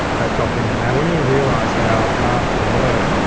that that dropped in there. now when you realize how fast you can work,